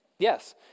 Yes